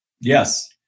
Yes